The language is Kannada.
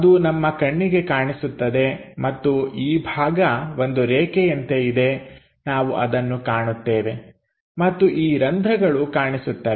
ಅದು ನಮ್ಮ ಕಣ್ಣಿಗೆ ಕಾಣಿಸುತ್ತದೆ ಮತ್ತು ಈ ಭಾಗ ಒಂದು ರೇಖೆಯಂತೆ ಇದೆ ನಾವು ಅದನ್ನು ಕಾಣುತ್ತೇವೆ ಮತ್ತು ಈ ರಂಧ್ರಗಳು ಕಾಣಿಸುತ್ತವೆ